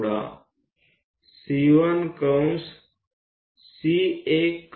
ઉદાહરણ તરીકે આ એકને લો